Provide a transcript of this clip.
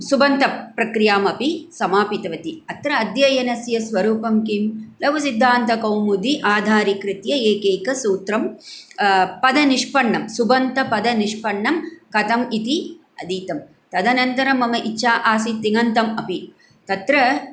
सुबन्तप्रक्रियाम् अपि समापितवती अत्र अध्ययनस्य स्वरूपं किं लघुसिद्धान्तकौमुदी आधारीकृत्य एकैकं सूत्रं पदनिष्पन्नं सुबन्तपदनिष्पन्नं कथम् इति अधीतं तदनन्तरं मम इच्छा आसीत् तिङन्तम् अपि तत्र